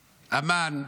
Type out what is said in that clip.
אמ"ן,